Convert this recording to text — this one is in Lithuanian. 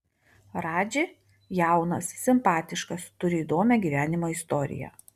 radži jaunas simpatiškas turi įdomią gyvenimo istoriją